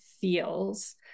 feels